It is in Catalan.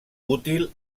útil